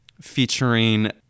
featuring